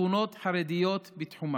שכונות חרדיות בתחומן.